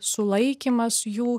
sulaikymas jų